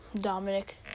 Dominic